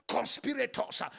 Conspirators